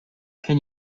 can